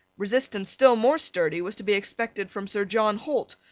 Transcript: resistance still more sturdy was to be expected from sir john holt,